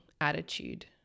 attitude